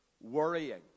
worrying